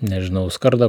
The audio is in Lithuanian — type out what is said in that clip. nežinau skardą